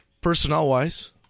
personnel-wise